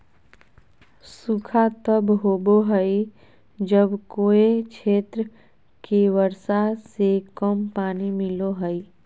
सूखा तब होबो हइ जब कोय क्षेत्र के वर्षा से कम पानी मिलो हइ